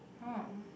oh